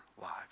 lives